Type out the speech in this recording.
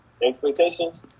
Expectations